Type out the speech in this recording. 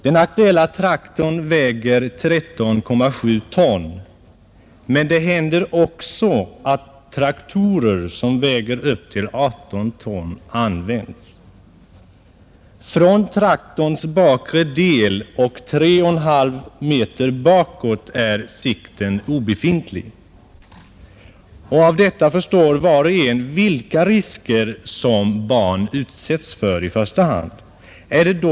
Den aktuella traktorn väger 13,7 ton, men det händer också att traktorer som väger upp till 18 ton används. Från traktorns bakre del och 3,5 meter bakåt är sikten obefintlig. Med hänsyn till detta förstår var och en vilka risker som i första hand barn utsätts för vid användning av dessa traktorer.